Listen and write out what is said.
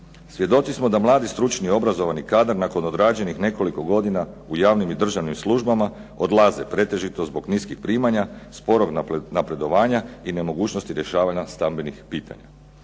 Svjedoci smo da mladi, stručni, obrazovani kadar nakon odrađenih nekoliko godina u javnim i državnim službama odlaze pretežito zbog niskih primanja, sporog napredovanja i nemogućnosti rješavanja stambenih pitanja.